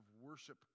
worship